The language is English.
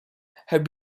have